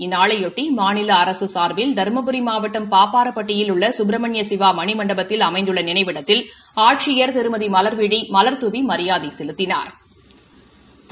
இந்நாளையொட்டி மாநில அரசு சார்பில் தருமபுரி மாவட்டம் பாப்பாரப்பட்டியில் உள்ள சுப்ரமணியசிவா மணி மண்டபத்தில் அமைந்துள்ள நினைவிடத்தில் ஆட்சியர் திருமதி மல்விழி மல்தூவி மியாதை செலுத்தினா்